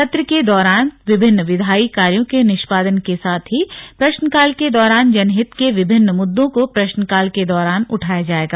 सत्र के दौरान विभिन्न विधायी कार्यो के निष्पादन के साथ ही प्रश्नकाल के दौरान जनहित के विभिन्न मुद्दों को प्रश्नकाल के दौरान उठाया जाएगा